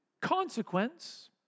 consequence